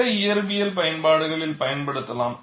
பிற இயற்பியல் பயன்பாடுகளில் பயன்படுத்தலாம்